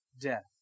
death